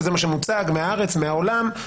זה מה שמוצג מהארץ ומהעולם.